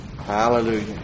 Hallelujah